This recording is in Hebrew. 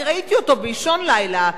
אני ראיתי אותו באישון לילה,